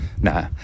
Nah